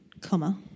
comma